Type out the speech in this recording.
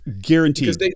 Guaranteed